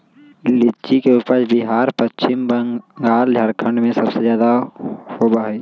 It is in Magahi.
लीची के उपज बिहार पश्चिम बंगाल झारखंड में सबसे ज्यादा होबा हई